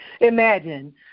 imagine